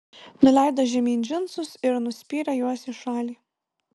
nuleido žemyn džinsus ir nuspyrė juos į šalį